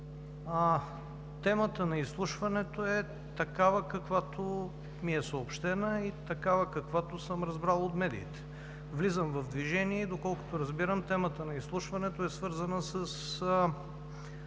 Темата на изслушването е такава, каквато ми е съобщена, и такава, каквато съм разбрал от медиите. Влизам в движение и, доколкото разбирам, темата на изслушването е свързана с